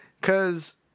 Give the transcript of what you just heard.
cause